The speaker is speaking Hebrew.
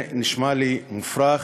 זה נשמע לי מופרך.